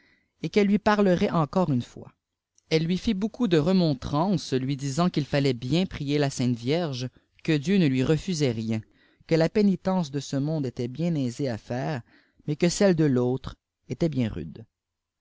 et qu'elle lui parlerait encore iine fois elle lui fit beaucoup de remontrances lui disant qu'il fallait bien prier la sainte vieie jne dieu ne lui refusait rien que la pénitence de ce monde était bien aisée à faire mais que celle de l'autre était bien rude